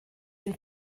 den